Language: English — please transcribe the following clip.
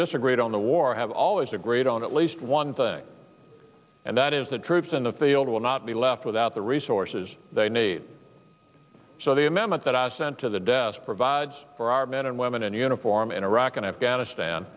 disagreed on the war have always agreed on at least one thing and that is that troops in the field will not be left without the resources they need so the amendment that i sent to the desk provides for our men and women in uniform in iraq and afghanistan